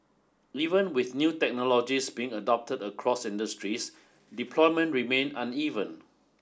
even with new technologies being adopted across industries deployment remain uneven